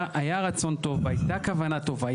היה רצון טוב, והייתה כוונה טובה.